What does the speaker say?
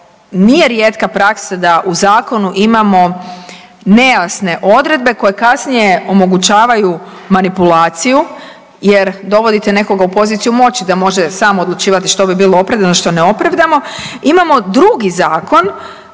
nije rijetka praksa da u zakonu imamo nejasne odredbe koje kasnije omogućavaju manipulaciju, jer dovodite nekoga u poziciju moći da može sam odlučivati što bi bilo opravdano, što neopravdano. Imamo drugi zakon